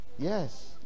Yes